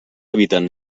habiten